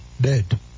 Dead